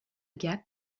gap